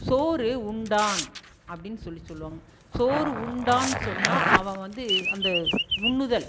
சோறு உண்டான் அப்படின் சொல்லி சொல்லுவாங்க சோறு உண்டான் சொன்னால் அவன் வந்து அந்த உண்ணுதல்